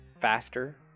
faster